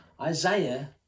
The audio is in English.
Isaiah